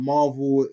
Marvel